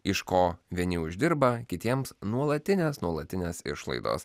iš ko vieni uždirba kitiems nuolatinės nuolatinės išlaidos